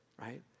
right